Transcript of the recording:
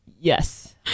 Yes